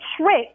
trick